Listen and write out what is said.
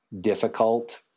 difficult